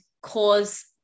cause